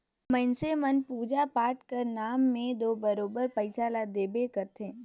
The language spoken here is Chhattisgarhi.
मइनसे मन पूजा पाठ कर नांव में दो बरोबेर पइसा ल देबे करथे